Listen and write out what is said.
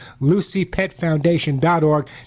LucyPetFoundation.org